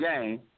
game